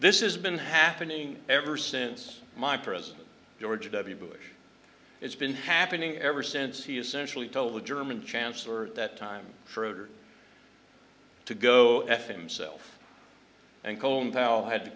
this is been happening ever since my president george w bush it's been happening ever since he essentially told the german chancellor that time for her to go f himself and colin powell had to